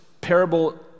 parable